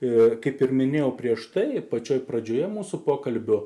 ir kaip ir minėjau prieš tai pačioje pradžioje mūsų pokalbio